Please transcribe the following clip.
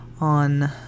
on